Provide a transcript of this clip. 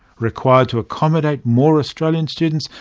required to accommodate more australian students,